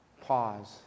Pause